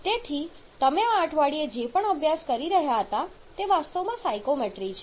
તેથી તમે આ અઠવાડિયે જે પણ અભ્યાસ કરી રહ્યાં હતા તે વાસ્તવમાં સાયકોમેટ્રી છે